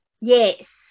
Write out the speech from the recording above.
yes